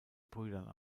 brüdern